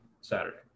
Saturday